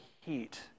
heat